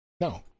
No